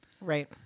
Right